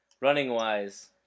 running-wise